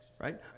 right